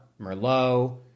Merlot